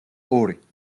ორი